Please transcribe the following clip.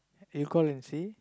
you call and see